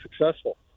successful